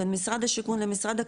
בין משרד השיכון למשרד הקליטה,